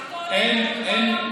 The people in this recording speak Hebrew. באותו יום,